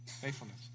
faithfulness